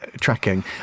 tracking